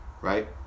right